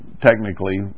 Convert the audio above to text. technically